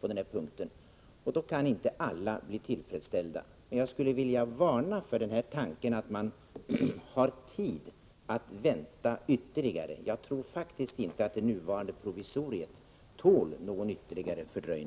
på den här punkten. Alla kan inte bli tillfredsställda. Jag skulle vilja varna för tanken att man har tid att vänta ytterligare. Jag tror faktiskt inte att det nuvarande provisoriet tål någon ytterligare fördröjning.